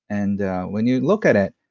and when you look at it,